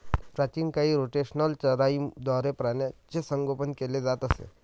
प्राचीन काळी रोटेशनल चराईद्वारे प्राण्यांचे संगोपन केले जात असे